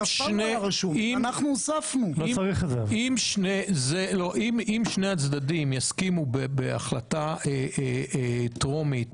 אם שני הצדדים יסכימו בהחלטה טרומית